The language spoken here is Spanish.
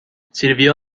sirvió